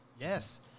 Yes